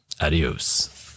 Adios